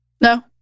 No